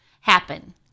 happen